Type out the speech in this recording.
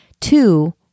Two